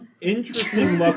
interesting